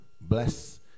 bless